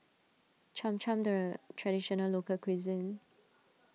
Cham Cham Traditional Local Cuisine